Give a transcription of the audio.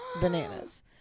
bananas